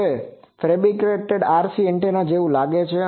હવે આ fabricated RC antenna જેવું લાગે છે